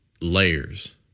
layers